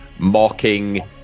Mocking